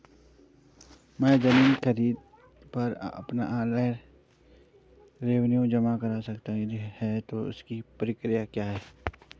मैं ज़मीन खरीद पर अपना ऑनलाइन रेवन्यू जमा कर सकता हूँ यदि हाँ तो इसकी प्रक्रिया क्या है?